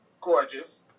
gorgeous